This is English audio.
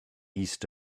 east